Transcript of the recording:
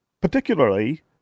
particularly